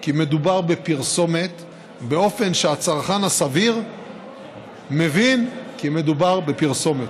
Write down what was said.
כי מדובר בפרסומת באופן שהצרכן הסביר מבין כי מדובר בפרסומת.